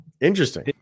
interesting